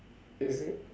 is it